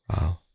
Wow